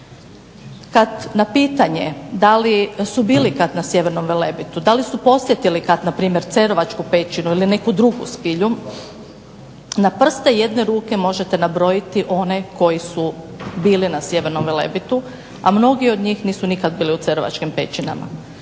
Kada na pitanje da li su bili kada na Sjevernom Velebitu, da li su posjetili Cerovačku pećinu ili neku drugu spilju na prste jedne ruke možete nabrojati one koji su bili na Sjevernom Velebitu a mnogi od njih nisu nikada bili na Cerovačkim pećinama.